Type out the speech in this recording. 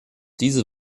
diese